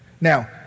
Now